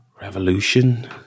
Revolution